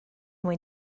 mwy